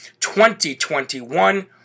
2021